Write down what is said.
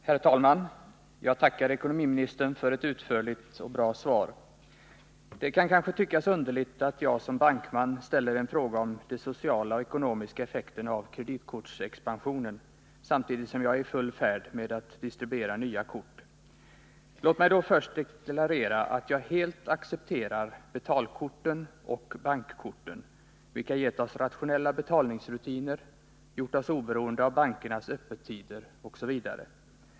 Herr talman! Jag tackar ekonomiministern för ett utförligt och bra svar. Det kan kanske tyckas underligt att jag som bankman ställer en fråga om de sociala och ekonomiska effekterna av kreditkortsexpansionen, samtidigt som jag är i full färd med att distribuera nya kort. Låt mig då först få 13 deklarera att jag helt accepterar betalkorten och bankkorten, vilka gett oss rationella betalningsrutiner, gjort oss oberoende av bankernas öppettider OSV.